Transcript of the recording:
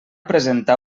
presentar